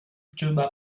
tuba